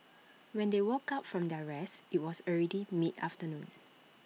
when they woke up from their rest IT was already mid afternoon